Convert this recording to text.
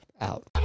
out